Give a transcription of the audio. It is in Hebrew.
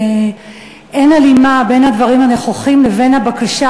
אין הלימה בין הדברים הנכוחים לבין הבקשה